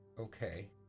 Okay